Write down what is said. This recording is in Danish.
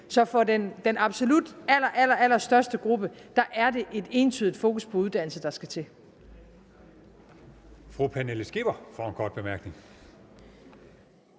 Så for den absolut allerallerstørste gruppe er det et entydigt fokus på uddannelse, der skal til.